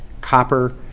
copper